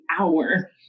hour